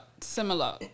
similar